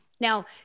Now